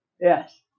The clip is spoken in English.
Yes